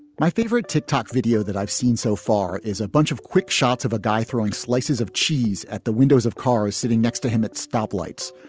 my favorite tick tock video that i've seen so far is a bunch of quick shots of a guy throwing slices of cheese at the windows of cars sitting next to him at stoplights,